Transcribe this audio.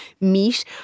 meat